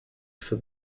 for